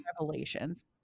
revelations